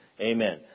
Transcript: Amen